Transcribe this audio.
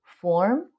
form